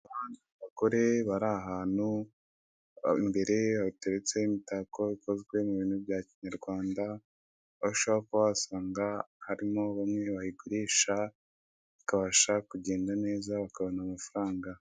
Abagore bari ahantu imbere hateretseho imitako ikozwe mu bintu bya Kinyarwanda, aho ushobora kuba wasanga harimo bamwe bayigurisha bikabasha kugenda neza bakabona amafaranga.